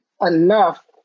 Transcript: enough